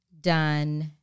done